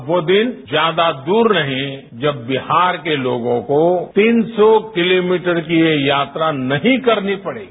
अब वो दिन ज्यादा दूर नहीं जब बिहार के लोगों को तीन सौ किलोमीटर की ये यात्रा नहीं करनी पड़ेगी